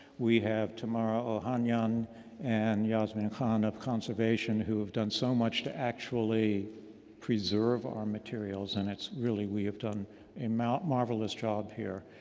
we have tomoro ohanian and jasmine han of conservation, who have done so much to actually preserve our materials. and it's really, we have done a marvelous job here.